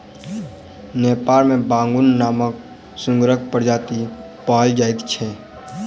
नेपाल मे बांगुर नामक सुगरक प्रजाति पाओल जाइत छै